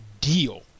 deal